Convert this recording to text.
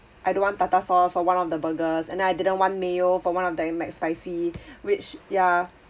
I don't want tartar sauce for one of the burgers and then I didn't want mayo for one of the mcspicy which ya